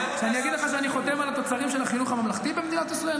אני אגיד לך שאני חותם על התוצרים של החינוך הממלכתי במדינת ישראל?